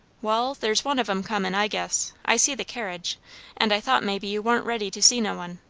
wall, there's one of em comin, i guess i see the carriage and i thought maybe you warn't ready to see no one.